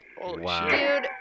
Wow